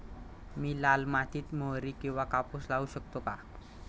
मी लाल मातीत मोहरी किंवा कापूस लावू शकतो का?